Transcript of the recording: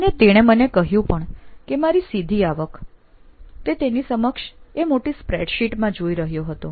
અને તેણે મને કહ્યું પણ કે મારી સીધી આવક તે તેની સમક્ષ એક મોટી સ્પ્રેડશીટમાં જોઈ રહ્યો હતો